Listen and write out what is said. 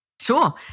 Sure